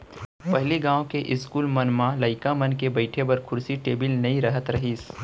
पहिली गॉंव के इस्कूल मन म लइका मन के बइठे बर कुरसी टेबिल नइ रहत रहिस